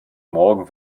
morgen